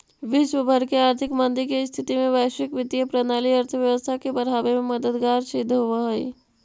विश्व भर के आर्थिक मंदी के स्थिति में वैश्विक वित्तीय प्रणाली अर्थव्यवस्था के बढ़ावे में मददगार सिद्ध होवऽ हई